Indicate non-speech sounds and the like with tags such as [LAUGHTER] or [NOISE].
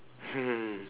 [LAUGHS]